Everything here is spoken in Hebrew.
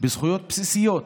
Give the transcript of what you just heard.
בזכויות בסיסיות